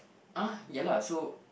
!ah! ya lah so